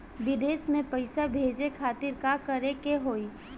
विदेश मे पैसा भेजे खातिर का करे के होयी?